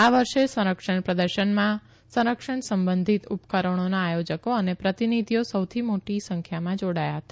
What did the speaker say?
આ વર્ષે સંરક્ષણ પ્રદર્શનમાં સંરક્ષણ સંબંધિત ઉપ કરણોના આથો કો અને પ્રતિનિધિઓ સૌથી મોટી સંખ્યામાં ોડાથા હતા